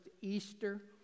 Easter